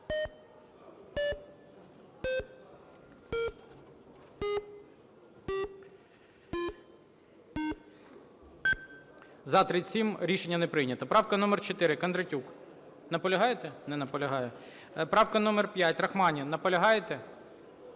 За-37 Рішення не прийнято. Правка номер 4, Кондратюк. Наполягаєте? Не наполягає. Правка номер 5, Рахманін. Наполягаєте?